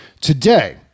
Today